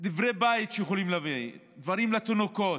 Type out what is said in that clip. דברי בית, דברים לתינוקות.